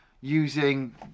using